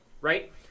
right